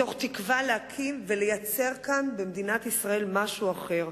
מתוך תקווה להקים ולייצר כאן במדינת ישראל משהו אחר,